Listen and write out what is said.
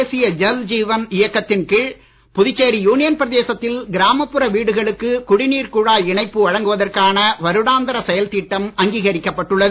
தேசிய ஜல் ஜீவன் இயக்கத்தின் கீழ் புதுச்சேரி யுனியன் பிரதேசத்தில் கிராமப்புற வீடுகளுக்கு குடிநீர் குழாய் இணைப்பு வழங்குவதற்கான வருடாந்திர செயல்திட்டம் அங்கீகரிக்கப்பட்டுள்ளது